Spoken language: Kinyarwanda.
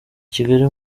kigali